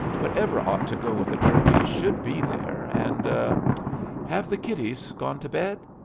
whatever ought to go with a turkey should be there, and er have the kiddies gone to bed?